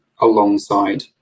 alongside